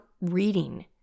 reading